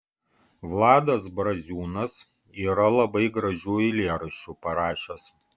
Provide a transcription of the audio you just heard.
vladas braziūnas yra labai gražių eilėraščių parašęs